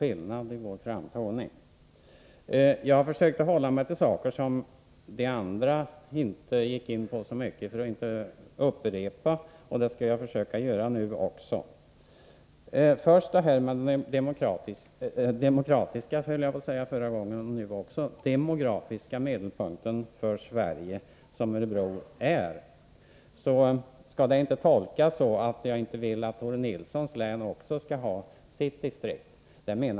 Jag har tidigare i debatten strävat efter att hålla mig till sådant som övriga talare inte närmare berört därför att jag vill undvika upprepningar. Även i detta anförande skall jag försöka undvika sådana. Först vill jag säga något om den demografiska medelpunkten i Sverige, dvs. Örebro. Därmed inte sagt att jag är emot att Tore Nilssons län har ett eget distrikt.